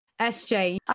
SJ